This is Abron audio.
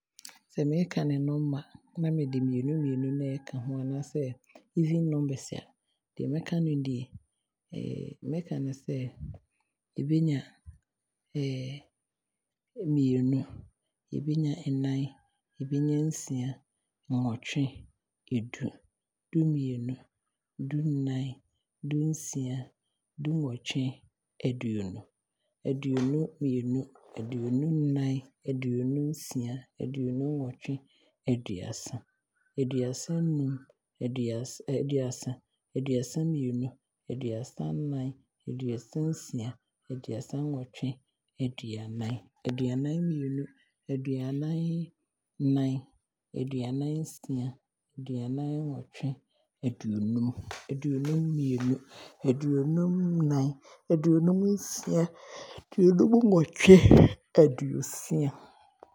Sɛ meekane nɔma na me de mmienu mmienu ɛka ho a, anaasɛ even numbers a, deɛ mɛka no die; mɛka no sɛ, mɛnya mmienu, mɛnya ɛnan, yɛbɛnya nsia, nnwɔtwe, edu, du-mmienu, du-nnan, du-nsia, du nnwɔtwe, aduonu, aduonu-mmienu, aduonu-nnan, aduonu-nsia, aduonu-nwɔtwe, aduasa, aduasa-mmienu, aduasa-nnan, aduasa nsia, aduasa-nnwɔtwe, aduanan, aduanan mmienu, aduanan nnan, aduan nnwɔtwe, aduonum, aduonum mmienu, aduonum nnan, aduonum nsia, aduonum nnwɔtwe, aduosia.